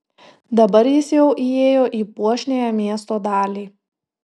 dabar jis jau įėjo į puošniąją miesto dalį